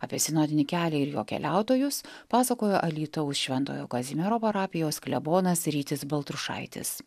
apie sinodinį kelią ir jo keliautojus pasakoja alytaus šventojo kazimiero parapijos klebonas rytis baltrušaitis